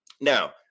Now